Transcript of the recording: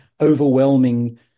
overwhelming